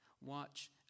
Watch